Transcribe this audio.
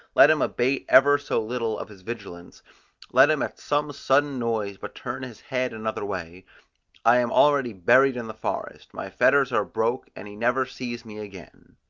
let him abate ever so little of his vigilance let him at some sudden noise but turn his head another way i am already buried in the forest, my fetters are broke, and he never sees me again.